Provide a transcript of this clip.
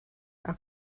how